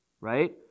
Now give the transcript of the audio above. right